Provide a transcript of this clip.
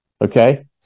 okay